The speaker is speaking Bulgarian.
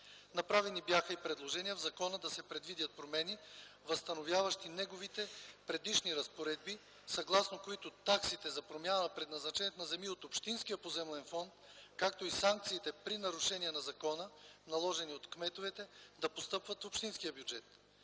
Направени бяха и предложения в закона да се предвидят промени, възстановяващи негови предишни разпоредби, съгласно които таксите за промяна на предназначението на земи от общинския поземлен фонд, както и санкциите при нарушения на закона, наложени от кметовете, да постъпват в общинския бюджет.